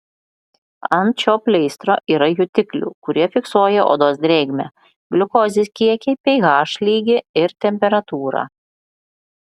ant šio pleistro yra jutiklių kurie fiksuoja odos drėgmę gliukozės kiekį ph lygį ir temperatūrą